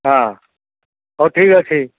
ହଁ ହଉ ଠିକ୍ ଅଛି